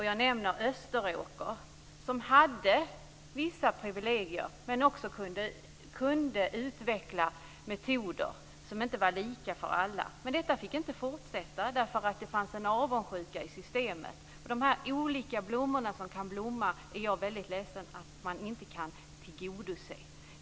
Jag nämner Österåker, som hade vissa privilegier men också kunde utveckla metoder som inte var lika för alla. Men detta fick inte fortsätta därför att det fanns en avundsjuka i systemet. Jag är väldigt ledsen för att man inte kan tillgodose detta och låta de olika blommor blomma som kan blomma.